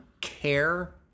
care